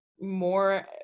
more